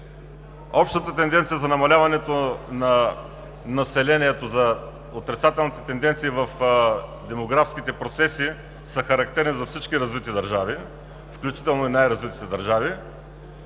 Общата тенденция за намаляването на населението, за отрицателните тенденции в демографските процеси, е характерна за всички развити държави, включително и най-развитите.